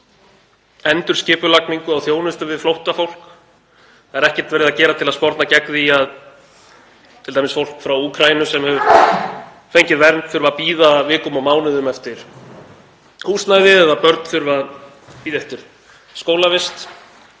endurskipulagningu á þjónustu við flóttafólk, ekkert er verið að gera til að sporna gegn því að t.d. fólk frá Úkraínu, sem hefur fengið vernd, þurfi að bíða vikum og mánuðum saman eftir húsnæði eða að börn þurfi að bíða eftir skólavist,